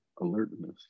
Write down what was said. alertness